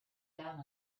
down